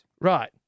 Right